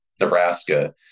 Nebraska